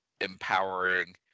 empowering